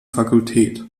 fakultät